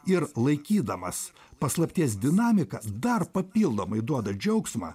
ir laikydamas paslapties dinamiką dar papildomai duoda džiaugsmą